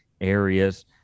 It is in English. areas